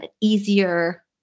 easier